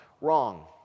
wrong